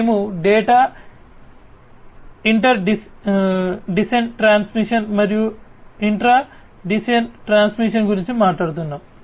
మేము data inter DCN transmission మరియు intra DCN transmission గురించి మాట్లాడుతున్నాము